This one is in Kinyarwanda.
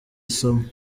isomo